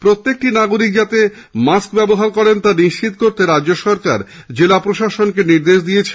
প্রত্যেক নাগরিক যেন মাস্ক ব্যবহার করেন তা নিশ্চিত করতে রাজ্য সরকার জেলা প্রশাসনকে নির্দেশ দিয়েছে